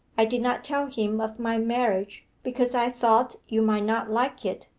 i did not tell him of my marriage, because i thought you might not like it,